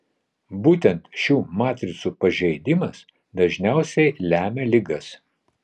būtent šių matricų pažeidimas dažniausiai lemia ligas